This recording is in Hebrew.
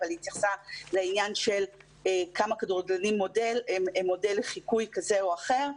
אבל התייחסה לעניין של כמה כדורגלנים הם מודל לחיקוי כזה או אחר.